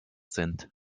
sind